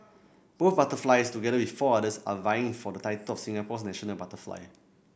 both butterflies together with four others are vying for the title of Singapore's national butterfly